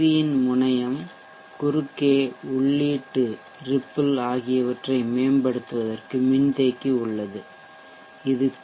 யின் முனையம் குறுக்கே உள்ளீட்டு ரிப்பிள்சிற்றலை ஆகியவற்றை மேம்படுத்துவதற்கு மின்தேக்கி உள்ளது இது பி